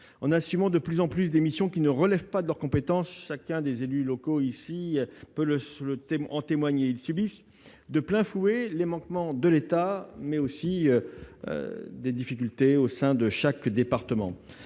en assumant de plus en plus des missions qui ne relèvent pas de leurs compétences, chacun des élus locaux ici peut en témoigner. Ils subissent de plein fouet les manquements de l'État, mais aussi des difficultés au sein de chaque département.